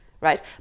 right